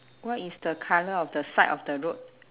what is the colour of the side of the road